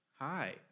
Hi